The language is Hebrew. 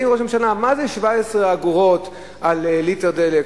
באים לראש הממשלה: מה זה 17 אגורות על ליטר דלק,